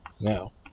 Now